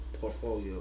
portfolio